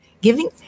giving